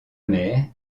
mère